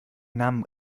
namen